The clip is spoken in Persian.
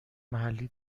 محلی